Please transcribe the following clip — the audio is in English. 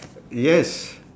yes